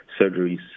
surgeries